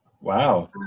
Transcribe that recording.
Wow